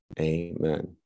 Amen